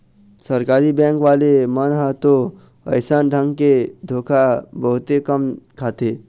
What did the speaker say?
सरकारी बेंक वाले मन ह तो अइसन ढंग के धोखा बहुते कम खाथे